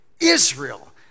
Israel